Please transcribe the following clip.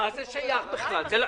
אז בעצם אתה אומר --- ישראל,